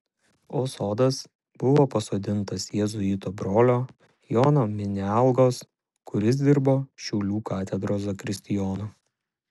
o sodas buvo pasodintas jėzuito brolio jono minialgos kuris dirbo šiaulių katedros zakristijonu